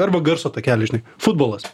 arba garso takelį žinai futbolas